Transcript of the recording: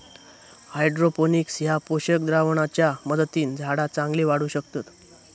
hydroponics ह्या पोषक द्रावणाच्या मदतीन झाडा चांगली वाढू शकतत